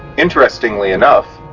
interestingly enough,